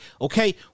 Okay